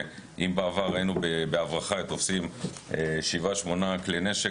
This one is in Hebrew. אני כל הזמן תוהה לגבי אותם אלה שתקפו את טרומפלדור וחבריו,